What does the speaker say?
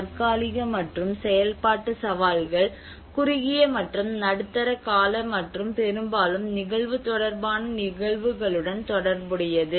தற்காலிக மற்றும் செயல்பாட்டு சவால்கள் குறுகிய மற்றும் நடுத்தர கால மற்றும் பெரும்பாலும் நிகழ்வு தொடர்பான நிகழ்வுகளுடன் தொடர்புடையது